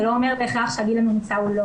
זה לא אומר בהכרח שהגיל הממוצע הוא לא